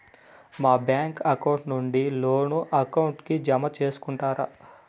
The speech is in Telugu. మా బ్యాంకు అకౌంట్ నుండి లోను అకౌంట్ కి జామ సేసుకుంటారా?